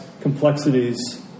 complexities